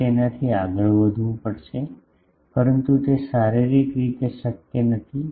તમારે તેનાથી આગળ વધવું પડશે પરંતુ તે શારીરિક રીતે શક્ય નથી